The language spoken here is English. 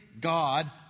God